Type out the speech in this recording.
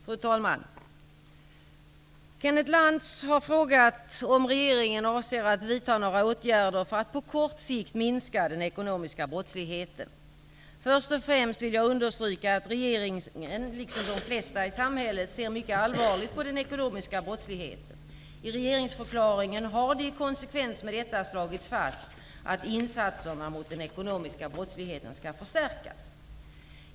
Fru talman! Kenneth Lantz har frågat om regeringen avser att vidta några åtgärder för att på kort sikt minska den ekonomiska brottsligheten. Först och främst vill jag understryka att regeringen, liksom de flesta i samhället, ser mycket allvarligt på den ekonomiska brottsligheten. I regeringsförklaringen har det i konsekvens med detta slagits fast att insatserna mot den ekonomiska brottsligheten skall förstärkas.